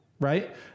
right